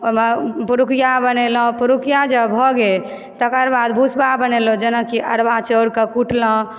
ओहिमे पुरुकिआ बनेलहुँ पुरुकिआ जऽ भऽ गेल तकर बाद भुसवा बनेलहुँ जेनाकि अरबा चाउरकऽ कुटलहुँ